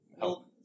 help